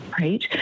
right